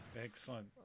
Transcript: Excellent